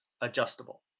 adjustable